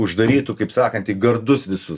uždarytų kaip sakant į gardus visus